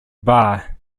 bar